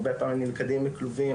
הרבה פעמים הם נלכדים בכלובים,